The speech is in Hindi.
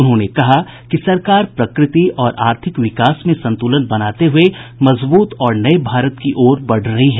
उन्होंने कहा कि सरकार प्रकृति और आर्थिक विकास में संतुलन बनाते हुए मजबूत और नये भारत की ओर बढ़ रही है